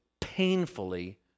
painfully